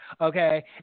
okay